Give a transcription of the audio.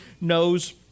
knows